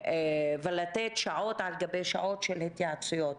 ולתת שעות על גבי שעות בהתייעצויות.